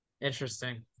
interesting